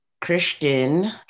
Christian